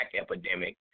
epidemic